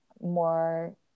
more